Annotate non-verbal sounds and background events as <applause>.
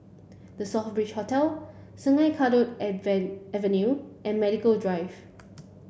The Southbridge Hotel Sungei Kadut <unintelligible> Avenue and Medical Drive